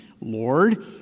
Lord